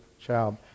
child